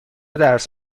درس